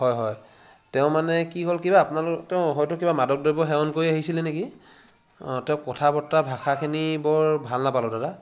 তেওঁ মানে কি হ'ল কিবা আপোনাৰ তেওঁ কিবা মাদক দ্ৰব্য সেৱন কৰি আহিছিলে নেকি তেওঁ কথা বতৰা ভাষাখিনি বৰ ভাল নাপালোঁ দাদা